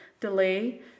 delay